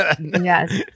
Yes